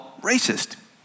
racist